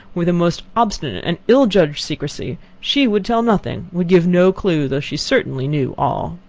with a most obstinate and ill-judged secrecy, she would tell nothing, would give no clue, though she certainly knew all.